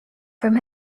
from